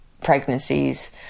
pregnancies